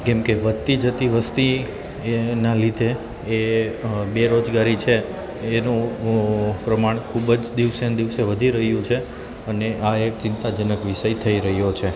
કેમ કે વધતી જતી વસ્તી એનાં લીધે એ બેરોજગારી છે એનું પ્રમાણ ખૂબ જ દિવસે ને દિવસે વધી રહ્યું છે અને આ એક ચિંતાજનક વિષય થઈ રહ્યો છે